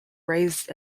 raised